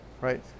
right